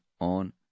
on